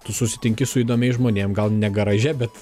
tu susitinki su įdomiais žmonėm gal ne garaže bet